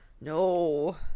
No